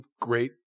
great